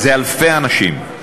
זה אלפי אנשים.